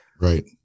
right